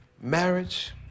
marriage